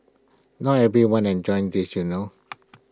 not everyone enjoys this you know